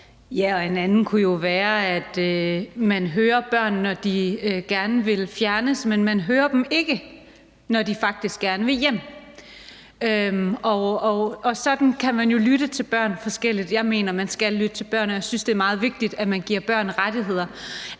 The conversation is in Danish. Ja, og en anden kunne jo være, at man hører børn, når de gerne vil fjernes, men man hører dem ikke, når de faktisk gerne vil hjem – og sådan kan man jo lytte forskelligt til børn. Jeg mener, at man skal lytte til børn, og jeg synes, det er meget vigtigt, at man giver børn rettigheder.